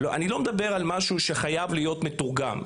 אני לא מדבר על משהו שחייב להיות מתורגם,